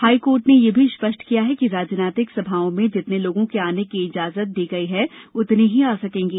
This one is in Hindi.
हाईकोर्ट ने यह भी स्पष्ट किया है कि राजनीतिक सभाओं में जितने लोगों के आने की इजाजत दी गई है उतने ही आ सकेंगे